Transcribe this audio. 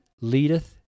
leadeth